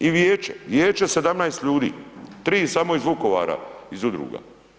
I vijeće, vijeće 17 ljudi, 3 samo iz Vukovara iz udruga.